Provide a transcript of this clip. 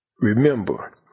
Remember